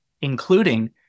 including